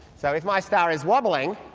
so if my star is wobbling,